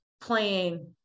playing